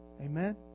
Amen